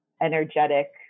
energetic